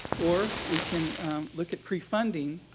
or we can look at pre-funding,